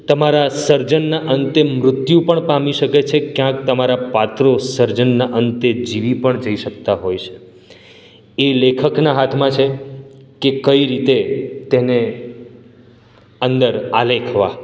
તમારા સર્જનના અંતે મૃત્યુ પણ પામી શકે છે ક્યાંક તમારા પાત્રો સર્જનના અંતે જીવી પણ જઈ શકતાં હોય છે એ લેખકના હાથમાં છે કે કઈ રીતે તેને અંદર આલેખવાં